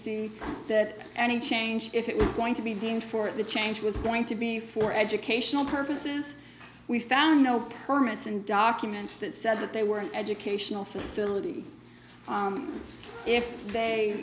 c that any change if it was going to be deemed for the change was going to be for educational purposes we found no permits and documents that said that they were an educational facility if they